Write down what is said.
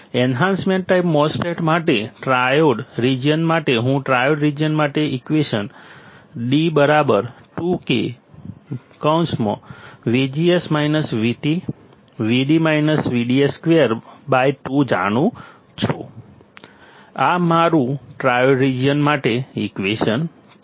enhancement type MOSFET માટે triode region માટે હું ટ્રાયોડ રિજિયન માટે equation D 2K VD - VDS 2 2 જાણું છું આ મારું ટ્રાયોડ રિજિયન માટે ઈક્વેશન છે